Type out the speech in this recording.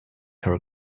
her